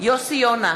יוסי יונה,